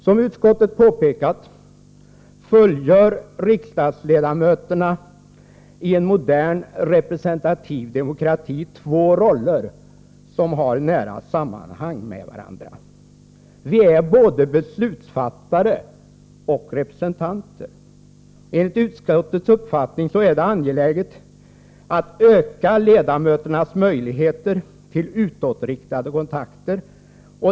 Som utskottet påpekat fullgör rikdagsledamöterna i en modern, representativ demokrati två roller, som har nära sammanhang med varandra. Vi är både beslutsfattare och representanter. Enligt utskottets uppfattning är det angeläget att öka ledamöternas möjligheter till utåtriktade kontakter.